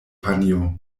panjo